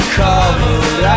covered